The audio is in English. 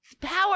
Power